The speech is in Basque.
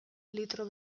litro